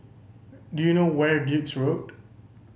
do you know where is Duke's Road